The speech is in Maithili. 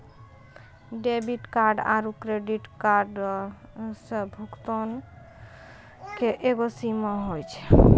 डेबिट कार्ड आरू क्रेडिट कार्डो से भुगतानो के एगो सीमा होय छै